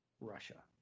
Russia